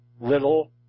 little